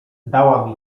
dała